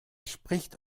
spricht